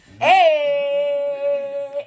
Hey